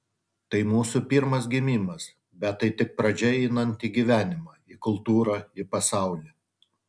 tai mūsų pirmas gimimas bet tai tik pradžia einant į gyvenimą į kultūrą į pasaulį